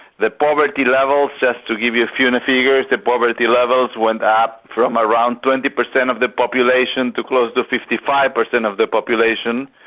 the poverty levels, just to give you a few and figures, the poverty levels went up from around twenty per cent of the population to close to fifty five per cent of the population.